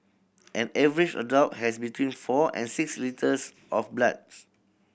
an average adult has between four and six litres of blood